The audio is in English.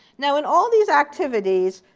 now in all these activities,